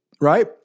right